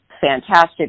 fantastic